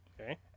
Okay